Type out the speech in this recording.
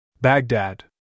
Baghdad